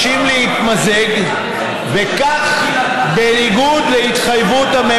שעושים היסטוריה ומדובר ברגע היסטורי